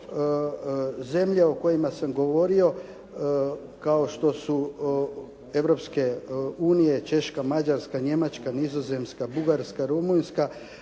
zemlje o kojima sam govorio kao što su Europske unije Češka, Mađarska, Njemačka, Nizozemska, Bugarska, Rumunjska